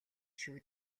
шүү